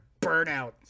Burnout